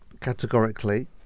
categorically